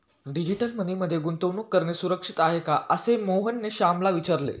digital money मध्ये गुंतवणूक करणे सुरक्षित आहे का, असे मोहनने श्यामला विचारले